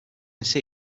ise